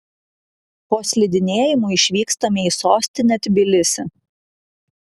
po slidinėjimo išvykstame į sostinę tbilisį